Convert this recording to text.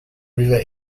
river